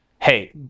hey